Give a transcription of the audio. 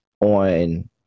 on